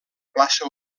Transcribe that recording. classe